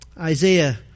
Isaiah